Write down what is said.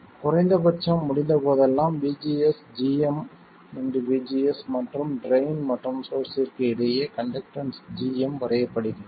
குறைந்தபட்சம் முடிந்த போதெல்லாம் vGS gm vGS மற்றும் ட்ரைன் மற்றும் சோர்ஸ்ஸிற்கு இடையே கண்டக்டன்ஸ் gm வரையப்படுகிறது